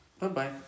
Bye-bye